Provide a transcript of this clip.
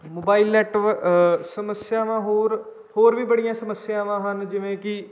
mobile net ਸਮੱਸਿਆਵਾਂ ਹੋਰ ਹੋਰ ਵੀ ਬੜੀਆਂ ਸਮੱਸਿਆਵਾਂ ਹਨ ਜਿਵੇਂ ਕਿ